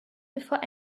before